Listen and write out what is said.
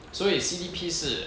所以 C_B_P 是